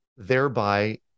thereby